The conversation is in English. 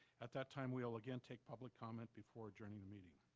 at that time, we will again take public comment before adjourning the meeting.